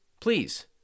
Please